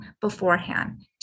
beforehand